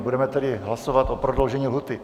Budeme tedy hlasovat o prodloužení lhůty.